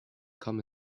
come